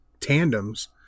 tandems